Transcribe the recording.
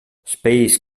space